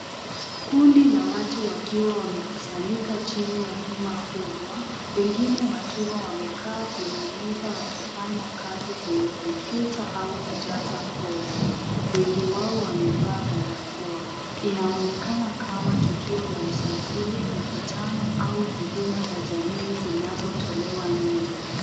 Kundi la watu likiwa wamekusanyika chini ya hema kubwa, wengine wakiwa wamekaa kwenye meza wakifanya kazi kwenye kompyuta au kujaza fomu, wengi wao wamevaa barakoa, inaonekana kama , tukio la usajili, mkutano, au huduma za jamii zinazotolewa nje.